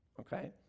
okay